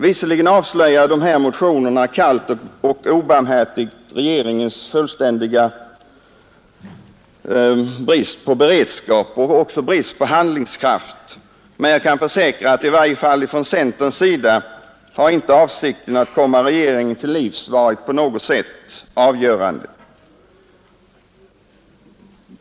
Visserligen avslöjar motionerna klart och obarmhärtigt regeringens fullständiga brist på beredskap och dess brist på handlingskraft. Men jag kan försäkra att i varje fall från centerns sida har inte avsikten att komma regeringen till livs varit på något sätt avgörande.